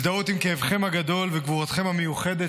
הזדהות עם כאבכם הגדול וגבורתכם המיוחדת